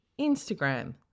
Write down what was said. Instagram